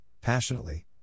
passionately